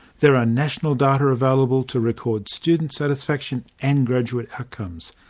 there are national data available to record student satisfaction and graduate outcomes.